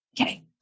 Okay